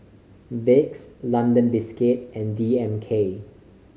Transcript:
Vicks London Biscuits and D M K